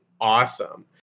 awesome